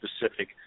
specific